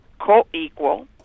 co-equal